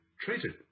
treated